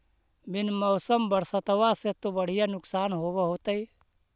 बिन मौसम बरसतबा से तो बढ़िया नुक्सान होब होतै?